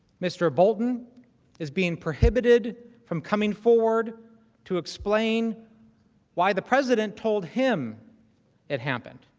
mr. bolton is being prohibited from coming forward to explain why the president told him that happen